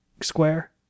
square